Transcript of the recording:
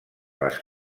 les